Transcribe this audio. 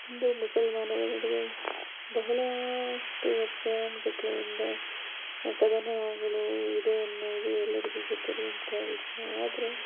ಹಿಂದೂ ಮುಸಲ್ಮಾನರ ನಡುವೆ ಬಹಳಷ್ಟು ವರ್ಷಾನುಗಟ್ಲೆಯಿಂದ ಕದನಗಳು ಇದೆ ಎನ್ನುವುದು ಎಲ್ಲರಿಗೂ ಗೊತ್ತಿರೋವಂಥ ವಿಷಯ ಆದರೆ